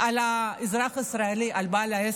על האזרח הישראלי, על בעל העסק.